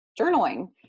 journaling